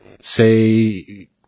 say